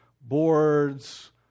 boards